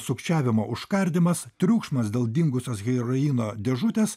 sukčiavimo užkardymas triukšmas dėl dingusios heroino dėžutės